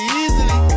easily